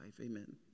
Amen